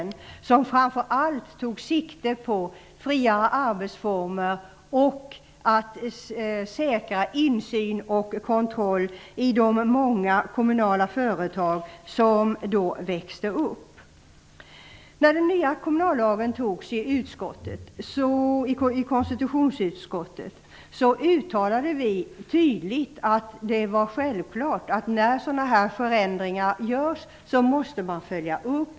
Den tog framför allt sikte på att det skulle vara friare arbetsformer och att insynen och kontrollen i de många kommunala företag som då växte upp skulle säkras. I samband med att den nya kommunallagen antogs uttalade konstitutionsutskottet tydligt att sådana här förändringar måste följas upp.